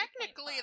technically